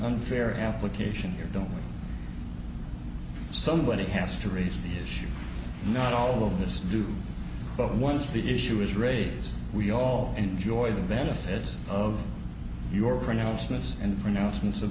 unfair application here don't somebody has to raise the issue not all of this do but once the issue is raised we all enjoy the benefits of your pronouncements and pronouncements of